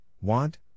want